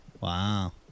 Wow